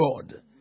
God